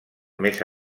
més